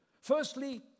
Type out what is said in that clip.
Firstly